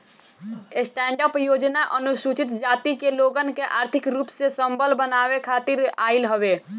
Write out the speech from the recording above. stand up योजना अनुसूचित जाति के लोगन के आर्थिक रूप से संबल बनावे खातिर आईल हवे